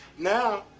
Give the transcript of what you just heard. now,